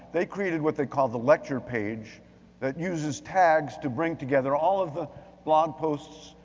they created what they call the electric page that uses tags to bring together all of the blog posts,